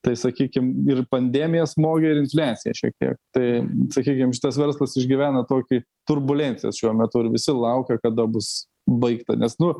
tai sakykim ir pandemija smogė ir infliacija šiek tiek tai sakykim šitas verslas išgyvena tokį turbulencijas šiuo metu visi laukia kada bus baigta nes nu